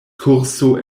kurso